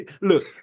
look